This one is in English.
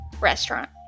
restaurant